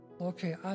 Okay